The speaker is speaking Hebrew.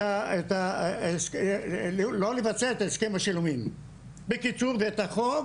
את הסכם השילומים ואת החוק